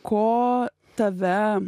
ko tave